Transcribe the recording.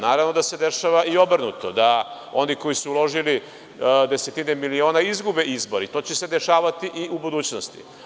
Naravno da se dešava i obrnuto, da oni koji su uložili desetine miliona izgube izbore i to će se dešavati i u budućnosti.